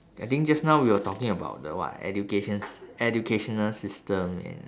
I think just now we were talking about the what educations educational system in